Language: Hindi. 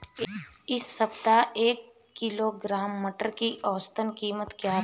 इस सप्ताह एक किलोग्राम मटर की औसतन कीमत क्या रहेगी?